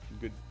good